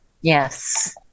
Yes